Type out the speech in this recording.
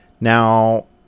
Now